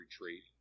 retreat